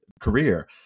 career